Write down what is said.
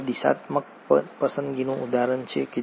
હવે આ દિશાત્મક પસંદગીનું ઉદાહરણ છે